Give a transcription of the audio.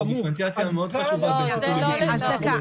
דקה,